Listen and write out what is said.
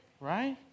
right